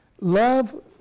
Love